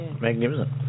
magnificent